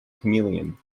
chameleon